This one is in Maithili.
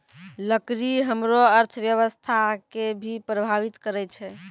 लकड़ी हमरो अर्थव्यवस्था कें भी प्रभावित करै छै